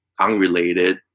unrelated